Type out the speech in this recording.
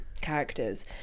characters